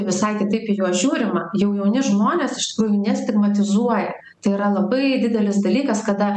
visai kitaip į juos žiūrima jau jauni žmonės iš tikrųjų nestigmatizuoja tai yra labai didelis dalykas kada